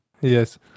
Yes